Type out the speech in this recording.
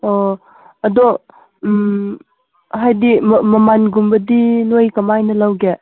ꯑꯣ ꯑꯗꯣ ꯎꯝ ꯍꯥꯏꯗꯤ ꯃꯃꯟꯒꯨꯝꯕꯗꯤ ꯅꯣꯏ ꯀꯃꯥꯏꯅ ꯂꯧꯒꯦ